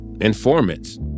informants